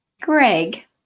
Greg